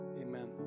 amen